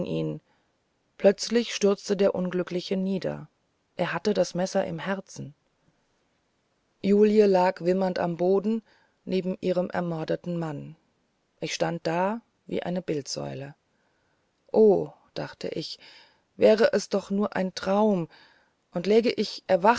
ihn plötzlich stürzte der unglückliche nieder er hatte das messer im herzen julie lag wimmernd am boden neben ihrem ermordeten mann ich stand da wie eine bildsäule o dachte ich wäre es doch nur ein traum und läge ich